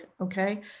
okay